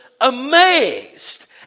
amazed